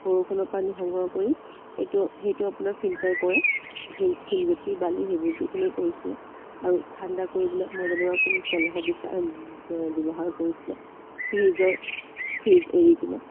বৰষুণৰ পানী সংগ্ৰহ কৰি এইটো সেইটো আপোনাৰ ফিল্টাৰ কৰে সেই শিলগুটি বালি সেইবোৰ দি কিনি কৰিছিলে আৰু ঠাণ্ডা কৰিবলৈ মই যেনেকুৱা ক'লোঁ কলহো বিচা ব্যৱহাৰ কৰিছিলে ফ্ৰিজৰ ফ্ৰিজ এৰি কিনে